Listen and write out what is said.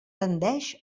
tendeix